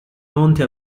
monti